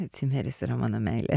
cimeris yra mano meilė